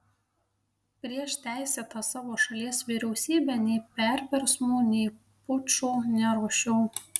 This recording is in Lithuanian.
prieš teisėtą savo šalies vyriausybę nei perversmų nei pučų neruošiau